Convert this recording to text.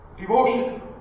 Devotion